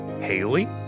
Haley